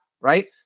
Right